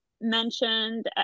mentioned